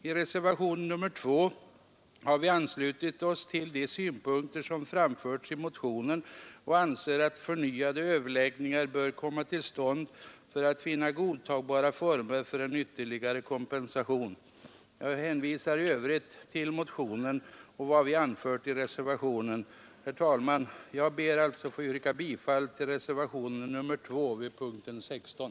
I reservationen har vi anslutit oss till de synpunkter som framförts i motionen och anser att förnyade överläggningar bör komma till stånd för att finna godtagbara former för en ytterligare kompensation. Jag hänvisar i övrigt till motionen och till vad vi anfört i reservationen. Herr talman! Jag ber alltså att få yrka bifall till reservationen vid punkten 16.